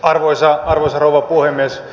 arvoisa rouva puhemies